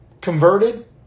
converted